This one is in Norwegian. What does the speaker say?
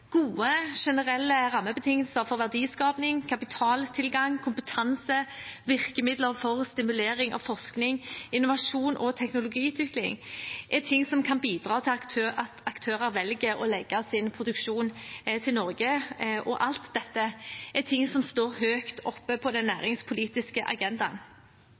Gode, generelle rammebetingelser for verdiskaping, kapitaltilgang, kompetanse, virkemidler for stimulering av forskning, innovasjon og teknologiutvikling er noe som kan bidra til at aktører velger å legge sin produksjon til Norge, og alt dette står høyt oppe på den næringspolitiske agendaen.